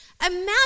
imagine